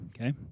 okay